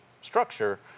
structure